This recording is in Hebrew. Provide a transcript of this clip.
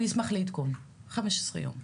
אני אשמח לעדכון, בתוך חמישה עשר יום.